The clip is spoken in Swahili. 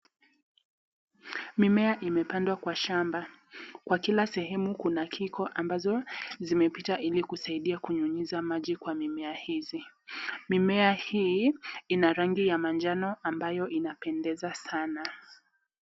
Mimea imepandwa kwa shamba kwa kila sehemu kuna kiko ambazo zimepita ili kusaidia kunyunyiza maji kwa mimea hizi. Mimea hii ina rangi ya manjano ambayo inapendeza sana.